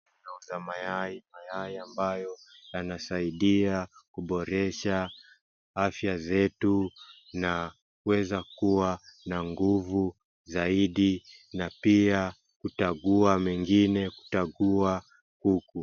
Anauza mayai. Mayai ambayo yanasaidia kuboresha afya zetu na kuweza kuwa na nguvu zaidi na pia kutagua mengine, kutagua kuku.